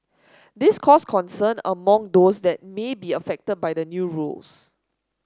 this caused concern among those that may be affected by the new rules